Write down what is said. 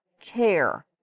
care